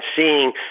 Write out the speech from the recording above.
seeing